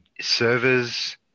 servers